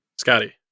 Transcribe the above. Scotty